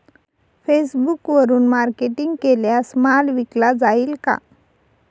फेसबुकवरुन मार्केटिंग केल्यास माल विकला जाईल का?